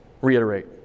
reiterate